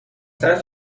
طرف